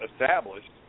established